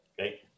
Okay